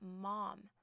mom